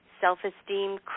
self-esteem